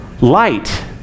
light